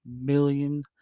million